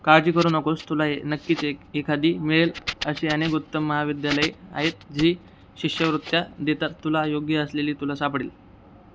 काळजी करू नकोस तुला हे नक्कीच एखादी मिळेल अशी अनेक उत्तम महाविद्यालय आहेत जी शिष्यवृत्त्या देतात तुला योग्य असलेली तुला सापडेल